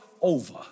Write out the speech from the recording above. over